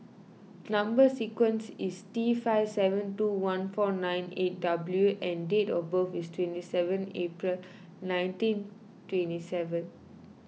Number Sequence is T five seven two one four nine eight W and date of birth is twenty seven April nineteen twenty seven